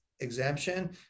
Exemption